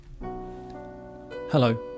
Hello